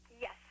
Yes